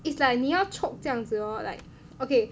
it's like 你要 choke 这样子 hor like okay